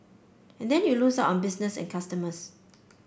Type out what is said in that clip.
and then you lose out on business and customers